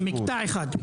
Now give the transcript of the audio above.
כן; מקטע אחד.